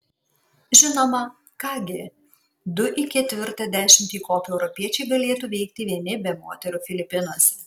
žinoma ką gi du į ketvirtą dešimtį įkopę europiečiai galėtų veikti vieni be moterų filipinuose